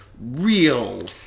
real